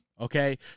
okay